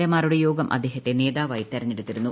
A മാരുടെ യോഗം അദ്ദേഹത്തെ നേതാവായി തിരഞ്ഞെടുത്തിരുന്നു